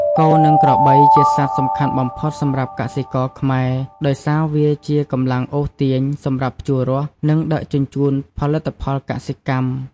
គោ និងក្របី ជាសត្វសំខាន់បំផុតសម្រាប់កសិករខ្មែរ ដោយសារវាជា កម្លាំងអូសទាញ សម្រាប់ភ្ជួររាស់ និងដឹកជញ្ជូនផលិតផលកសិកម្ម។